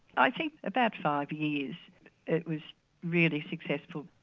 i think about five years it was really successful.